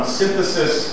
synthesis